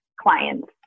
clients